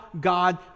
God